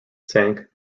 sank